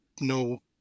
no